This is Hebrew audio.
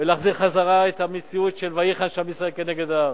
ולהחזיר את המציאות של "ויחן שם ישראל נגד ההר",